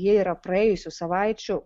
jie yra praėjusių savaičių